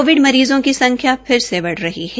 Covid मरीजों की संख्या फिर से बढ़ रही है